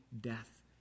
death